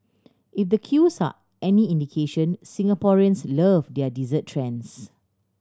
if the queues are any indication Singaporeans love their dessert trends